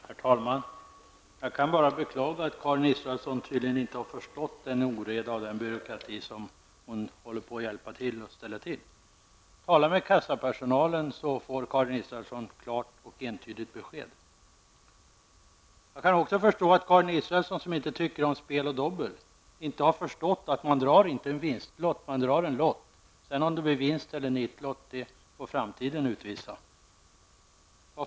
Herr talman! Jag kan bara beklaga att Karin Israelsson tydligen inte har förstått vilken oreda och byråkrati hon hjälper till att skapa. Tala med försäkringskassans personal! Då får Karin Israelsson ett klart och entydigt besked. Jag kan också förstå att Karin Israelsson, som inte tycker om spel och dobbel, inte har förstått att man inte drar en vinstlott, utan man drar en lott. Om det sedan blir vinst eller nitlott får framtiden utvisa.